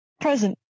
Present